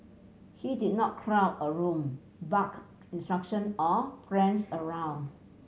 he did not crowd a room bark instruction or prance around